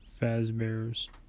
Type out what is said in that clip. Fazbear's